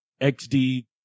XD